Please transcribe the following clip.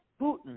Putin